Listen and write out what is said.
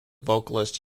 vocalist